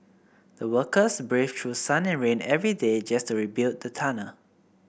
the workers braved through sun and rain every day just to build the tunnel